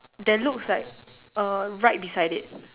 there looks like err right beside it